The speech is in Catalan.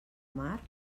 mar